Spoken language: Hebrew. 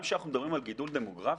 גם כשאנחנו מדברים על גידול דמוגרפי,